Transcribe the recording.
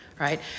right